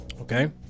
okay